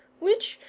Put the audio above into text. which,